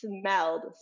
smelled